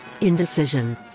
Indecision